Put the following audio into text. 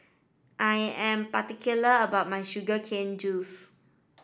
I am particular about my sugar cane juice